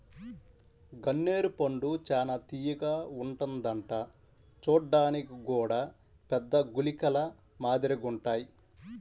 గన్నేరు పండు చానా తియ్యగా ఉంటదంట చూడ్డానికి గూడా పెద్ద గుళికల మాదిరిగుంటాయ్